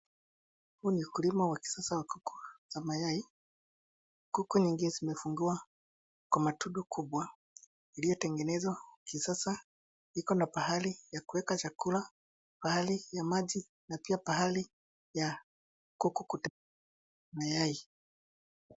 Huu ni ukulima wa kisasa wa kuku za mayai. Kuku nyingi zimefungiwa kwa matundu kubwa iliyotengenezwa kisasa, ikona pahali ya kuweka chakula, pahali ya maji na pia pahali ya kuku kutagia mayai.